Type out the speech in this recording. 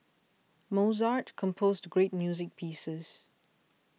Mozart composed great music pieces